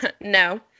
No